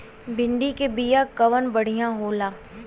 भिंडी के बिया कवन बढ़ियां होला?